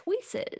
choices